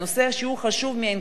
שהוא חשוב מאין כמוהו,